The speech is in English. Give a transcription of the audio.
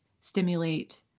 stimulate